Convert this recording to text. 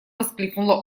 воскликнула